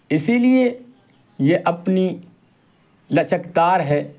اسی لیے یہ اپنی لچکدار ہے